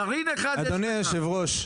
אדוני יושב הראש,